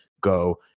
go